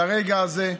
לרגע הזה,